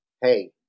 Hey